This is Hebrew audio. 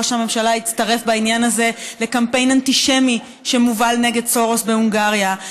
ראש הממשלה הצטרף בעניין הזה לקמפיין אנטישמי שמובל נגד סורוס בהונגריה,